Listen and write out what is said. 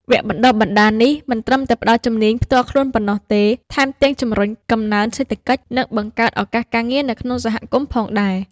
វគ្គបណ្តុះបណ្តាលនេះមិនត្រឹមតែផ្តល់ជំនាញផ្ទាល់ខ្លួនប៉ុណ្ណោះទេ ថែមទាំងជួយជំរុញកំណើនសេដ្ឋកិច្ច និងបង្កើតឱកាសការងារនៅក្នុងសហគមន៍ផងដែរ។